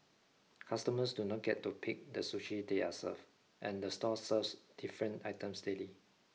customers do not get to pick the sushi they are served and the store serves different items daily